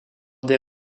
des